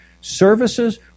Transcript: Services